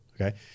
okay